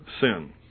sin